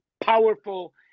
powerful